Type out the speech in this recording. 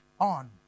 on